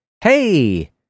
Hey